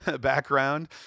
background